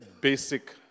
basic